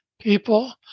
people